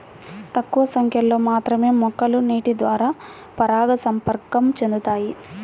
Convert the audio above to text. తక్కువ సంఖ్యలో మాత్రమే మొక్కలు నీటిద్వారా పరాగసంపర్కం చెందుతాయి